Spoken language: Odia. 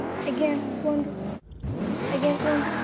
ଆଜ୍ଞା କୁହନ୍ତୁ ଆଜ୍ଞା କୁହନ୍ତୁ